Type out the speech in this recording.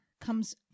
comes